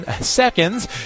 seconds